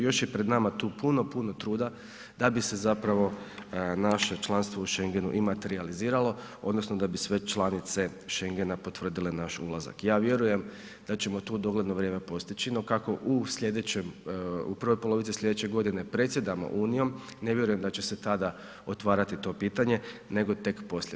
Još, još je pred nama tu puno, puno truda da bi se zapravo naše članstvo u Schengenu i materijaliziralo odnosno da bi sve članice Schengena potvrdile naš ulazak, ja vjerujem da ćemo to u dogledno vrijeme postići, no kako u slijedećem, u prvoj polovici slijedeće godine predsjedamo Unijom, ne vjerujem da će se tada otvarati to pitanje, nego tek poslije.